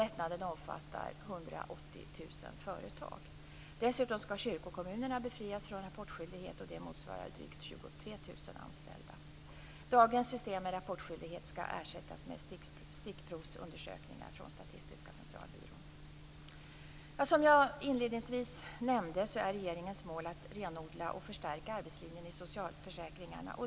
Lättnaden omfattar 180 000 företag. Dessutom skall kyrkokommunerna befrias från rapportskyldighet, och det motsvarar drygt 23 000 anställda. Dagens system med rapportskyldighet skall ersättas med stickprovsundersökningar från Statistiska centralbyrån. Som jag inledningsvis nämnde är regeringens mål att renodla och förstärka arbetslinjen i socialförsäkringarna.